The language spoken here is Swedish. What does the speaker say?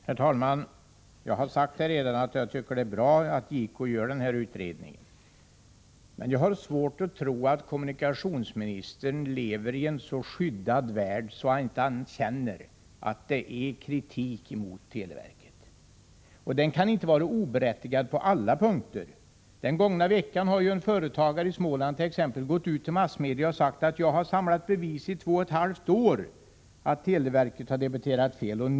Herr talman! Jag har redan sagt att jag tycker att det är bra att JK gör den här utredningen. Men jag har svårt att tro att kommunikationsministern lever i en så skyddad värld att han inte känner till att det är kritik mot televerket. Den kan ju inte vara oberättigad på alla punkter. Den gångna veckan har ju t.ex. en företagare i Småland gått ut till massmedia och berättat att han samlat bevis i två och ett halvt år på att televerket debiterat fel.